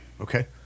Okay